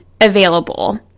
available